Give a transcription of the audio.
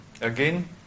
again